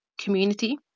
community